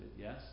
yes